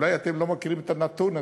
ואולי אתם לא מכירים את הנתון הזה: